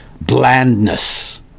blandness